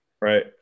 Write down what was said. Right